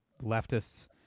leftists